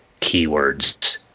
keywords